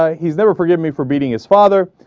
ah he's never forgive me for beating his father